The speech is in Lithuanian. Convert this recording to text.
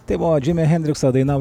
tai buvo džimio hendrikso daina